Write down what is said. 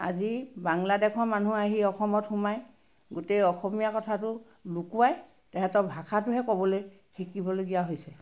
আজি বাংলাদেশৰ মানুহ আহি অসমত সোমাই গোটেই অসমীয়া কথাটো লুকুৱাই তাহাঁতৰ ভাষাটোহে ক'বলৈ শিকিবলগীয়া হৈছে